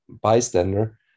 bystander